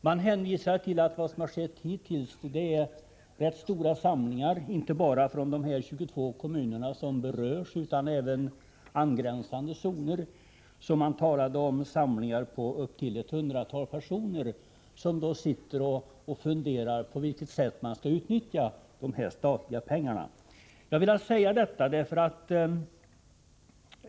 Man har inte bara från de 22 kommuner som berörs utan också från angränsande zoner samlats till rätt stora möten — på upp till ett hundratal personer — där man funderat över på vilket sätt de här statliga medlen skall utnyttjas.